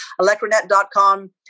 electronet.com